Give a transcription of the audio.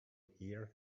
hear